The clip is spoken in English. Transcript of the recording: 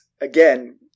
again